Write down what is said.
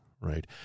right